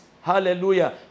hallelujah